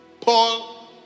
Paul